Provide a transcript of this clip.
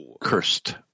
cursed